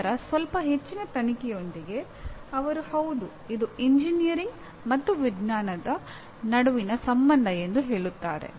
ನಂತರ ಸ್ವಲ್ಪ ಹೆಚ್ಚಿನ ತನಿಖೆಯೊಂದಿಗೆ ಅವರು ಹೌದು ಇದು ಎಂಜಿನಿಯರಿಂಗ್ ಮತ್ತು ವಿಜ್ಞಾನದ ನಡುವಿನ ಸಂಬಂಧ ಎಂದು ಹೇಳುತ್ತಾರೆ